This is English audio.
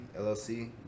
LLC